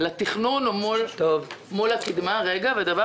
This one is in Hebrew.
אורי מקלב (יו"ר ועדת המדע והטכנולוגיה): בין תל אביב לירושלים.